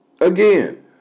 Again